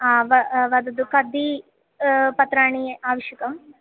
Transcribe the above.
आ व वदतु कति पत्राणि आवश्यकानि